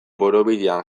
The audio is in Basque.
borobilean